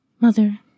Mother